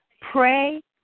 pray